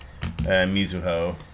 Mizuho